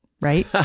right